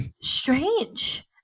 strange